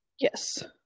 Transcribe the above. yes